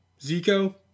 Zico